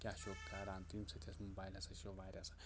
کیاہ چھُو کَران ییٚمہِ سۭتۍ موبایلہٕ سۭتۍ ہسا چھُ واریاہ